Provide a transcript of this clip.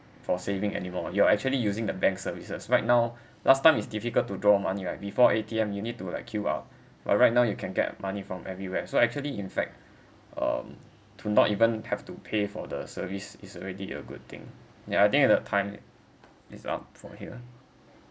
for saving anymore you are actually using the bank services right now last time is difficult to draw money right before A_T_M you need to like queue up but right now you can get money from everywhere so actually in fact um to not even have to pay for the service is already a good thing ya I think the time is up from here